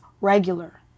regular